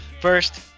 first